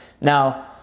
Now